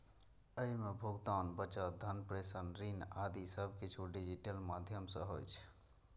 अय मे भुगतान, बचत, धन प्रेषण, ऋण आदि सब किछु डिजिटल माध्यम सं होइ छै